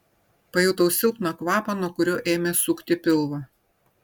pajutau silpną kvapą nuo kurio ėmė sukti pilvą